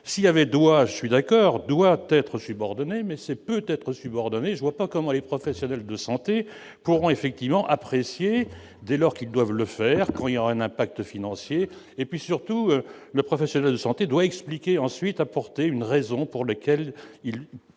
s'il avait doit je suis d'accord doit être subordonnée mais c'est peut-être subordonné, je vois pas comment les professionnels de santé pourront effectivement apprécier dès lors qu'ils doivent le faire quand il y aura un impact financier et puis, surtout, le professionnel de santé doit expliquer ensuite apporter une raison pour laquelle il